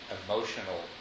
emotional